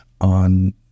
on